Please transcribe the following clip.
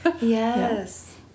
yes